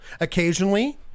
Occasionally